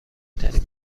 ترین